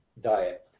diet